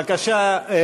בבקשה,